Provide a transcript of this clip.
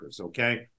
okay